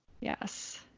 Yes